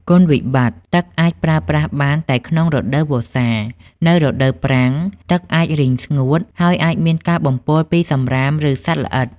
គុណវិបត្តិ ទឹកអាចប្រើប្រាស់បានតែក្នុងរដូវវស្សា។ នៅរដូវប្រាំង ទឹកអាចរីងស្ងួត ហើយអាចមានការបំពុលពីសំរាម ឬសត្វល្អិត។